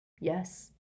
Yes